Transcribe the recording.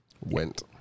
went